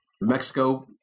Mexico